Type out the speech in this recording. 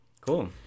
Cool